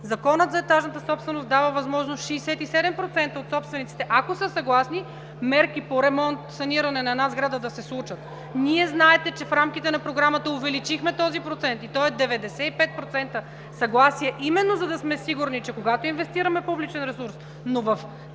Законът за етажната собственост дава възможност 67% от собствениците, ако са съгласни, мерки по ремонт и саниране на една сграда да се случат. (Шум и реплики.) Знаете, че ние в рамките на Програмата увеличихме този процент и той е 95% съгласие именно, за да сме сигурни, че когато инвестираме публичен ресурс, но в неприкосновена